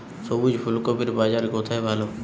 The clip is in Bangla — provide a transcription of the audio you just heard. সবুজ ফুলকপির বাজার কোথায় ভালো?